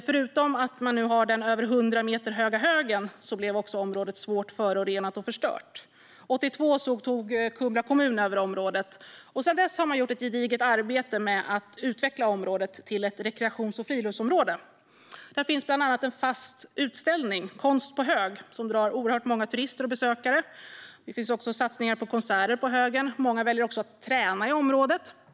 Förutom att man nu har den över 100 meter höga högen blev området svårt förorenat och förstört. År 1982 tog Kumla kommun över området, och sedan dess har man gjort ett gediget arbete med att utveckla området till ett rekreations och friluftsområde. Där finns bland annat en fast utställning, Konst på hög, som drar oerhört många turister och besökare till området. Det görs också satsningar på konserter på högen. Många väljer att träna i området.